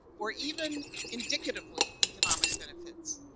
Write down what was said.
or even indicatively economic benefits,